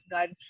God